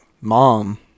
mom –